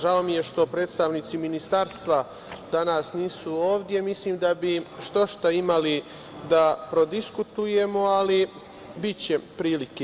Žao mi je što predstavnici ministarstva danas nisu ovde, mislim da bi štošta imali da prodiskutujemo, ali, biće prilike.